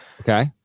Okay